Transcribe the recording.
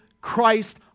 Christ